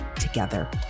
together